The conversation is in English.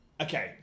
Okay